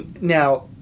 now